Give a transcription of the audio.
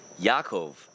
Yaakov